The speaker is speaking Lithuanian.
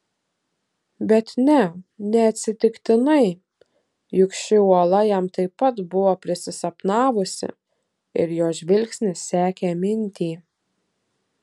bet ne neatsitiktinai juk ši uola jam taip pat buvo prisisapnavusi ir jo žvilgsnis sekė mintį